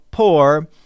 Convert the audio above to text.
Poor